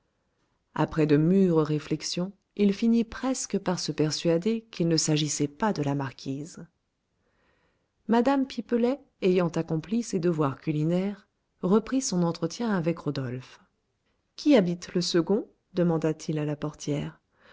après de mûres réflexions il finit presque par se persuader qu'il ne s'agissait pas de la marquise mme pipelet ayant accompli ses devoirs culinaires reprit son entretien avec rodolphe qui habite le second demanda-t-il à la portière